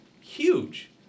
huge